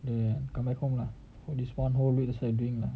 then come back home lah this one whole week that's what you are doing lah